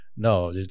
No